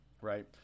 right